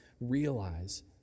realize